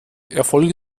erfolge